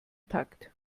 takt